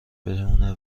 بمونه